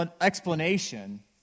explanation